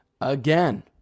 again